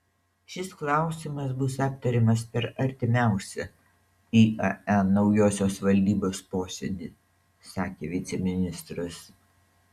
šis klausimas bus aptariamas per artimiausią iae naujosios valdybos posėdį sakė viceministras